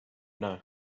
know